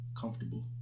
comfortable